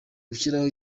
gushyiraho